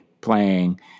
playing